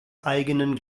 eigenen